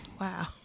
Wow